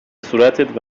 صورتت